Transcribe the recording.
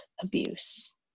abuse